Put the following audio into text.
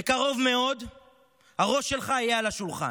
בקרוב מאוד הראש שלך יהיה על השולחן.